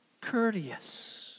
courteous